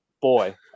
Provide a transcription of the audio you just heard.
Boy